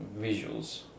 visuals